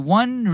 one